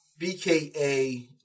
BKA